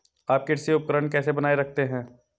आप कृषि उपकरण कैसे बनाए रखते हैं?